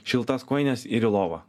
šiltas kojines ir į lovą